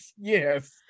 Yes